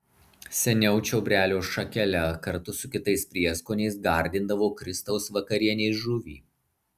seniau čiobrelio šakele kartu su kitais prieskoniais gardindavo kristaus vakarienės žuvį